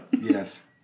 Yes